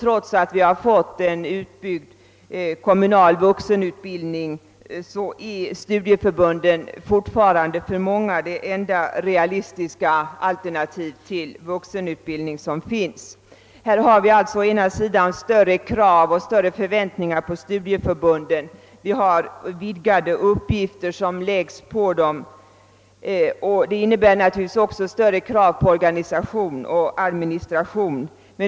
Trots en utbyggnad av kommunal vuxenutbildning är studieförbunden fortfarande för många det enda realistiska alternativ för vuxenutbildning som finns. Å ena sidan har vi alltså större krav och förväntningar på studieförbunden. Allt fler uppgifter läggs på dem, vilket naturligtvis också ställer större krav på organisation och administration.